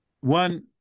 One